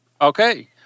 Okay